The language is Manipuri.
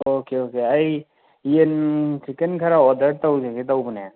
ꯑꯣꯀꯦ ꯑꯣꯀꯦ ꯑꯩ ꯌꯦꯟ ꯆꯤꯛꯀꯟ ꯈꯔ ꯑꯣꯔꯗꯔ ꯇꯧꯖꯒꯦ ꯇꯧꯕꯅꯦ